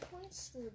points